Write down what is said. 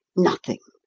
nothing.